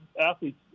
athletes